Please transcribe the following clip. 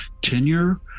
tenure